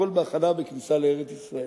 הכול בהכנה לכניסה לארץ-ישראל.